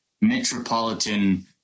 metropolitan